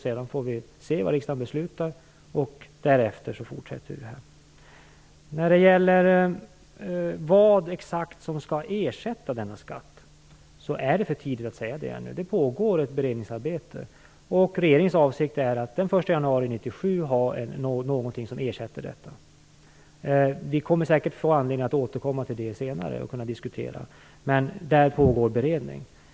Sedan får vi se vad riksdagen beslutar, och därefter fortsätter det hela. Det är fortfarande för tidigt att säga exakt vad som skall ersätta denna skatt. Ett beredningsarbete pågår, och regeringens avsikt är att den 1 januari 1997 ha något som ersätter den. Vi får säkert anledning att återkomma till det senare och kan då diskutera det här. En beredning pågår alltså.